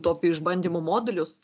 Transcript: utopijų išbandymo modulius